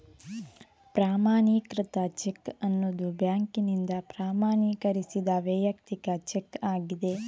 ಪ್ರಮಾಣೀಕೃತ ಚೆಕ್ ಅನ್ನುದು ಬ್ಯಾಂಕಿನಿಂದ ಪ್ರಮಾಣೀಕರಿಸಿದ ವೈಯಕ್ತಿಕ ಚೆಕ್ ಆಗಿದೆ